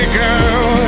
girl